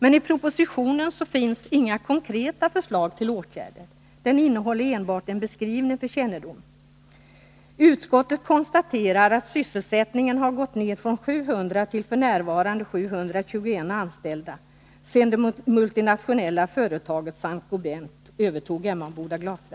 Men i propositionen finns inga konkreta förslag till åtgärder. Den innehåller enbart en beskrivning för kännedom. Utskottet konstaterar att sysselsättningen har gått ner från 700 till f. n. 421 anställda, sedan det multinationella företaget Saint-Gobin övertog Emmaboda Glas AB.